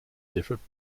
different